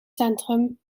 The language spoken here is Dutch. centrum